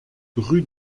rue